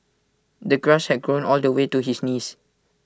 the grass had grown all the way to his knees